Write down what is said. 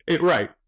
Right